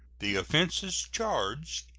the offenses charged,